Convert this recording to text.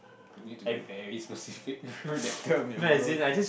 you need to be very specific through that term you're growing